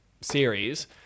series